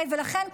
ולכן,